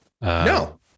no